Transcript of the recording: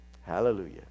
hallelujah